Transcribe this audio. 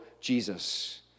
Jesus